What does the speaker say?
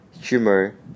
humor